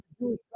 Jewish